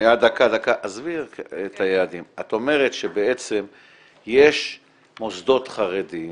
עזבי את היעדים, את אומרת שבעצם יש מוסדות חרדיים